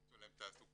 למצוא להם תעסוקה,